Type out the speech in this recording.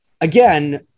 again